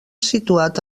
situat